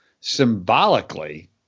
symbolically